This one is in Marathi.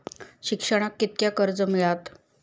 शिक्षणाक कीतक्या कर्ज मिलात?